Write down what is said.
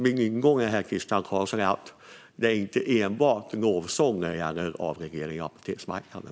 Min ingång till Christian Carlsson är att det inte enbart är lovsånger när det gäller avregleringen av apoteksmarknaden.